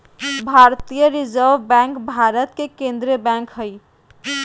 भारतीय Reserve Bank Bharat के केन्द्रीय बैंक हइ